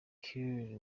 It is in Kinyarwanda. kiir